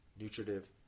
Nutritive